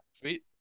Sweet